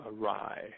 awry